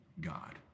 God